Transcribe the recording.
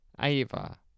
Ava